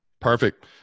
Perfect